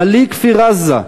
חליכ פי ראזה,